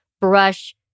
brush